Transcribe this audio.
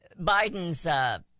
Biden's